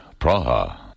Praha